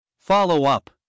Follow-up